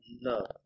no